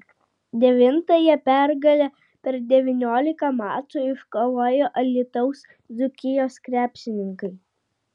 devintąją pergalę per devyniolika mačų iškovojo alytaus dzūkijos krepšininkai